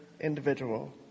individual